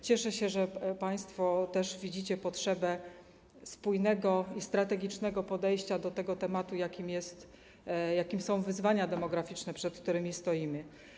Cieszę się, że państwo też widzicie potrzebę spójnego i strategicznego podejścia do tego tematu, jakim są wyzwania demograficzne, przed którymi stoimy.